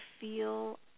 feel